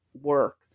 work